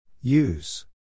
use